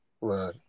Right